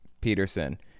Peterson